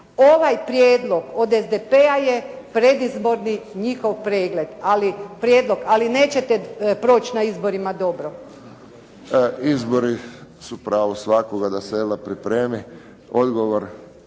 Ovaj prijedlog od SDP-a je predizborni njihov prijedlog. Ali nećete proći na izborima dobro. **Friščić, Josip (HSS)** Izbori su pravo svakoga da se pripremi. Odgovor